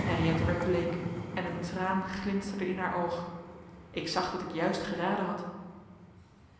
henriëtte werd bleek en een traan glinsterde in haar oog ik zag dat ik juist geraden had